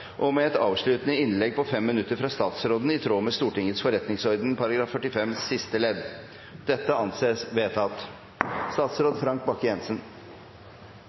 og med et avsluttende innlegg på 5 minutter fra statsråden i tråd med Stortingets forretningsorden § 45 siste ledd. – Det anses vedtatt.